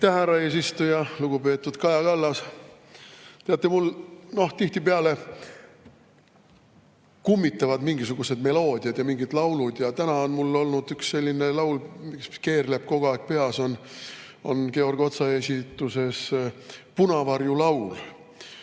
härra eesistuja! Lugupeetud Kaja Kallas! Teate, mul tihtipeale kummitavad mingisugused meloodiad ja mingid laulud ja täna on mul olnud üks selline laul, mis keerleb kogu aeg peas, see on "Punavarju laul"